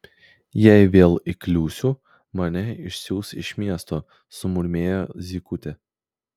jei vėl įkliūsiu mane išsiųs iš miesto sumurmėjo zykutė